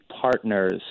partners